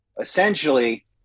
essentially